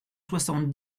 soixante